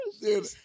Dude